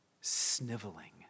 sniveling